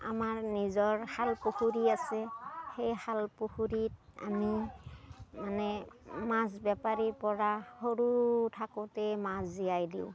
আমাৰ নিজৰ খাল পুখুৰী আছে সেই খাল পুখুৰীত আমি মানে মাছ বেপাৰীৰ পৰা সৰু থাকোঁতে মাছ জীয়াই দিওঁ